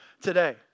today